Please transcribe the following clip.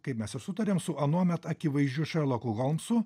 kaip mes ir sutarėm su anuomet akivaizdžiu šerloku holmsu